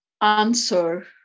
answer